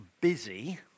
busy